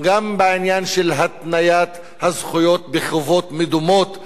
וגם בעניין של התניית הזכויות בחובות מדומות,